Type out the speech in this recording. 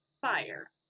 fire